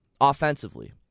offensively